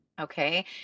okay